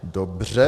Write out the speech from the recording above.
Dobře.